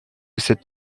cette